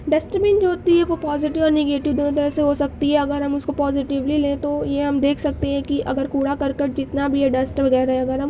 dust bin جو ہوتی ہے وہ پوزیٹیو اور نگیٹیو دونوں طرح سے ہوسکتی ہے اگر ہم اس کو پوزیٹیولی لیں تو یہ ہم دیکھ سکتے ہیں کہ اگر کوڑا کرکٹ جتنا بھی ہے ڈسٹ وغیرہ ہے اگر ہم